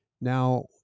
Now